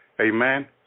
Amen